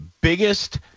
biggest